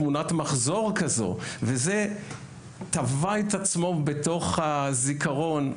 תמונת מחזור כזו וזה תבע את עצמו בתוך הזיכרון,